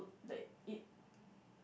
like it